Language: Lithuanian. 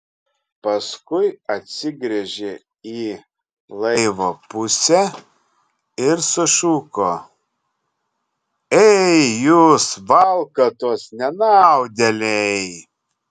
paskui atsigręžė į laivo pusę ir sušuko ei jūs valkatos nenaudėliai